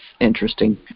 interesting